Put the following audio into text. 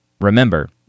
Remember